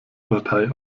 partei